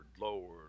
Lord